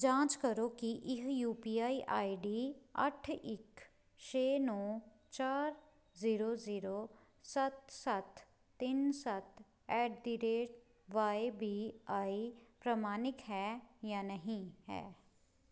ਜਾਂਚ ਕਰੋ ਕੀ ਇਹ U P I I D ਅੱਠ ਇੱਕ ਛੇ ਨੌਂ ਚਾਰ ਜ਼ੀਰੋ ਜ਼ੀਰੋ ਸੱਤ ਸੱਤ ਤਿੰਨ ਸੱਤ at the rate Y B I ਪ੍ਰਮਾਣਿਤ ਹੈ ਜਾਂ ਨਹੀਂ ਹੈ